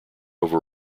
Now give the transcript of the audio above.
over